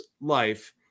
life